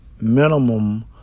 Minimum